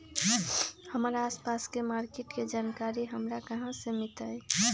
हमर आसपास के मार्किट के जानकारी हमरा कहाँ से मिताई?